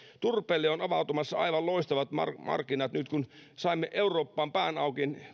turpeelle on avautumassa aivan loistavat markkinat nyt kun saimme eurooppaan pään auki